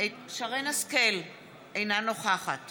אינה נוכחת